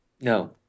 No